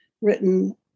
written